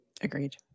Agreed